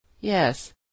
Yes